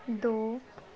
ਦੋ